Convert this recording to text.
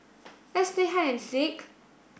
let's play hide and seek